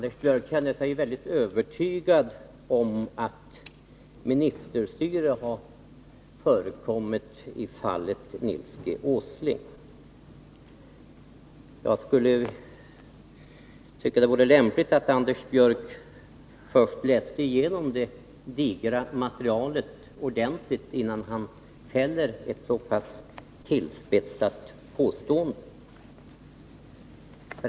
Fru talman! Anders Björck känner sig övertygad om att ministerstyre har förekommit i fallet Nils G. Åsling. Jag tycker att det vore lämpligt att Anders Björck först läste igenom det digra materialet ordentligt, innan han ställer ett så pass tillspetsat påstående.